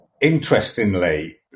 interestingly